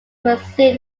pursue